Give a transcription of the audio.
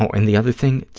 and the other thing,